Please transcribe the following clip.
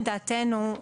לדעתנו,